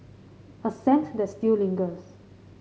a scent that still lingers